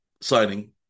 signing